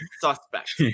suspect